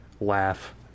laugh